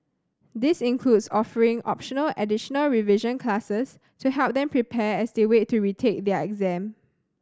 this includes offering optional additional revision classes to help them prepare as they wait to retake their exam